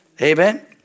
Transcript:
Amen